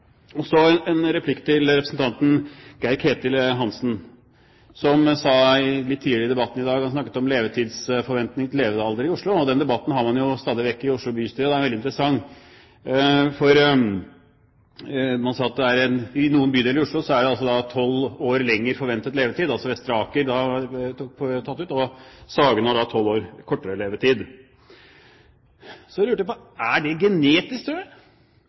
Så en replikk til representanten Geir-Ketil Hansen: Han sa i debatten tidligere i dag, da han snakket om forventningene til levealder i Oslo – den debatten har man stadig vekk i Oslo bystyre, og den er veldig interessant – at i noen bydeler i Oslo er det 12 år lenger forventet levetid. Vestre Aker er tatt ut, og Sagene har 12 år kortere levetid. Så lurer jeg på: Er det genetisk?